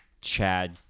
Chad